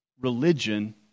religion